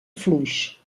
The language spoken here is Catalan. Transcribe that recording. fluix